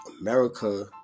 America